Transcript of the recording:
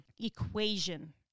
equation